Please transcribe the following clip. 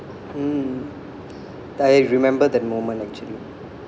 mm I remember that moment actually